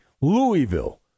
Louisville